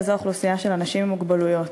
וזו האוכלוסייה של אנשים עם מוגבלויות.